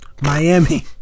Miami